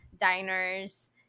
diners